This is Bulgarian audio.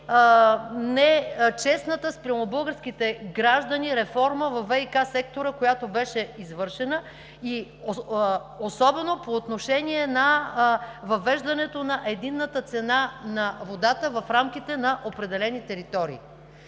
нечестната спрямо българските граждани реформа във ВиК сектора, която беше извършена, и особено по отношение на въвеждането на единната цена на водата в рамките на определени територии.